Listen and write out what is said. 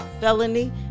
felony